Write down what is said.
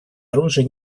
оружия